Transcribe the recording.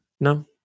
no